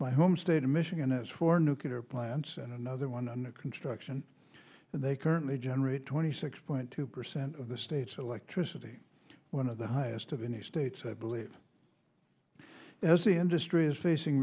my home state of michigan is for nuclear plants and another one under construction and they currently generate twenty six point two percent of the state's electricity one of the highest of any states i believe as the industry is facing